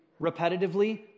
repetitively